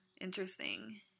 interesting